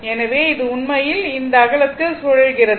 எனவே இது உண்மையில் இந்த அகலத்தில் சுழல்கிறது